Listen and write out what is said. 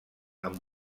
amb